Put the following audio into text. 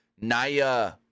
Naya